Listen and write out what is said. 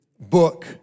book